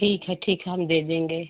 ठीक है ठीक है हम दे देंगे